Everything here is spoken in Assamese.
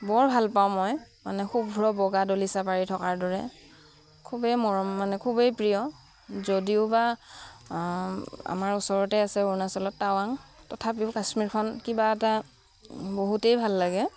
বৰ ভাল পাওঁ মই মানে শুভ্ৰ বগা দলিচা পাৰি থকাৰ দৰে খুবেই মৰম মানে খুবেই প্ৰিয় যদিও বা আমাৰ ওচৰতে আছে অৰুণাচলত টাৱাং তথাপিও কাশ্মীৰখন কিবা এটা বহুতেই ভাল লাগে